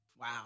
Wow